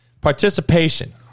participation